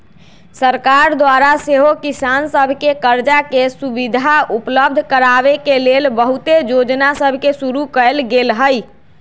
सरकार द्वारा सेहो किसान सभके करजा के सुभिधा उपलब्ध कराबे के लेल बहुते जोजना सभके शुरु कएल गेल हइ